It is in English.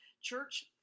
Church